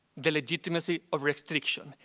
the legitimacy of restriction.